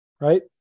right